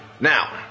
Now